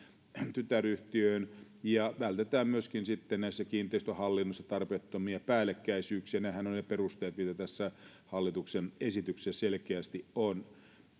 tytäryhtiöön ja myöskin vältetään näissä kiinteistönhallinnoissa tarpeettomia päällekkäisyyksiä nehän ovat ne perusteet jotka tässä hallituksen esityksessä selkeästi ovat